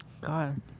God